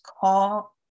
call